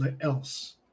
else